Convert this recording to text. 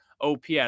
OPS